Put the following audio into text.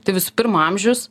tai visų pirma amžius